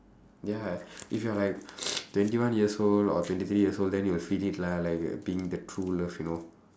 ya if you are like twenty one years old or twenty three years old then you will feel it lah like being the true love you know